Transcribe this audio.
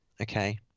Okay